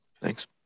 Thanks